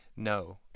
No